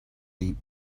deep